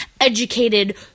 educated